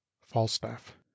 falstaff